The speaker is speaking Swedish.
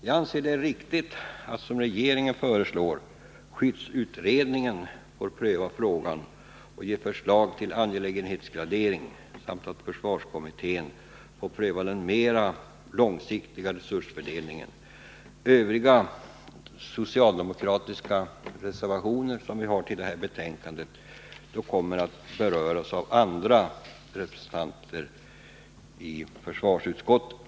Jag anser det riktigt att, som regeringen föreslår, skyddsrumsutredningen får pröva frågan och avge förslag till angelägenhetsgradering samt att försvarskommittén bör pröva den mera långsiktiga resursfördelningen. Övriga socialdemokratiska reservationer till det här betänkandet kommer att beröras av andra representanter i försvarsutskottet.